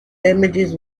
damages